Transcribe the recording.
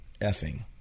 effing